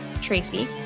Tracy